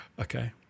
Okay